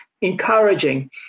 encouraging